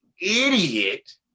idiot